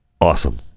Awesome